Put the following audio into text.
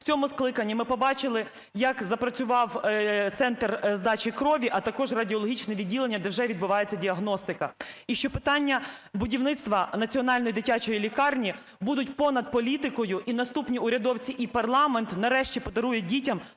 В цьому скликанні ми побачили, як запрацював центр здачі крові, а також радіологічне відділення, де вже відбувається діагностика, і що питання будівництва Національної дитячої лікарні будуть понад політикою і наступні урядовці і парламент нарешті подарують дітям